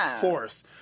force